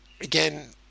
again